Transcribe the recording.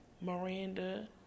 Miranda